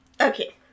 Okay